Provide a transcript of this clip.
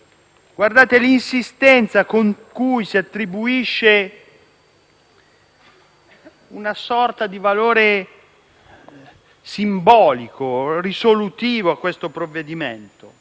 sicurezza. L'insistenza con cui si attribuisce una sorta di valore simbolico e risolutivo a questo provvedimento